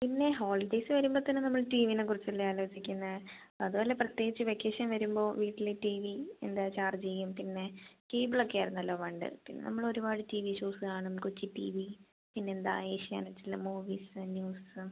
പിന്നെ ഹോളിഡേയ്സ് വരുമ്പോൾ തന്നെ നമ്മൾ ടീ വിയിനെ കുറിച്ചല്ലേ ആലോചിക്കുന്നത് അതുമല്ല പ്രത്യേകിച്ച് വെക്കേഷൻ വരുമ്പോൾ വീട്ടിലെ ടി വി എന്താ ചാർജ് ചെയ്യും പിന്നെ കേബിളൊക്കെയായിരുന്നല്ലോ പണ്ട് പിന്നെ നമ്മളൊരുപാട് ടി വി ഷോസ് കാണും കൊച്ചു ടി വി പിന്നെയെന്താ ഏഷ്യാനെറ്റിലെ മൂവീസ് ന്യൂസും